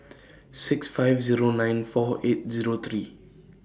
six five Zero nine four eight Zero three